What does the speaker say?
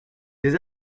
des